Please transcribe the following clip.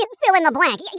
fill-in-the-blank